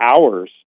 hours